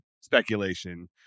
speculation